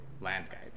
landscape